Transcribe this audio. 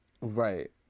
Right